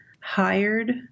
hired